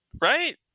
right